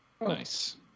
Nice